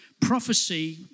prophecy